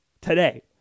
today